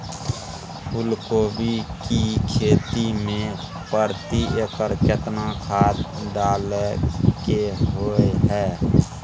फूलकोबी की खेती मे प्रति एकर केतना खाद डालय के होय हय?